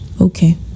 Okay